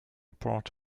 port